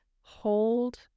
hold